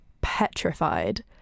petrified